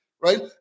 Right